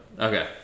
Okay